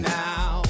now